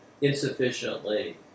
insufficiently